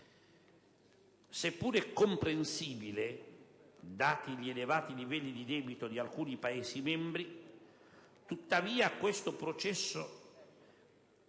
Seppure comprensibile, dati gli elevati livelli di debito di alcuni Paesi membri, tuttavia questo processo,